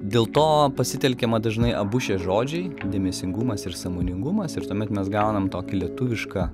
dėl to pasitelkiama dažnai abu šie žodžiai dėmesingumas ir sąmoningumas ir tuomet mes gaunam tokį lietuvišką